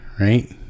Right